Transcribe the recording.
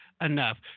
enough